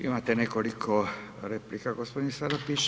Imate nekoliko replika gospodin Salapić.